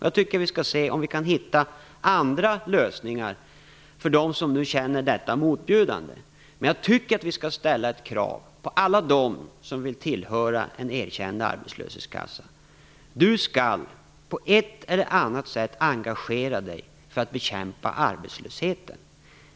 Jag tycker att vi skall försöka hitta andra lösningar för dem som känner detta motbjudande. Jag tycker att vi skall ställa krav på alla dem som vill tillhöra en erkänd arbetslöshetskassa: Du skall på ett eller annat sätt skall engagera dig för att bekämpa arbetslösheten.